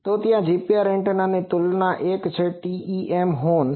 તો ત્યાં GPR એન્ટેનાની તુલના છે એક છે TEM હોર્ન